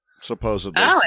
Supposedly